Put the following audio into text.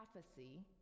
prophecy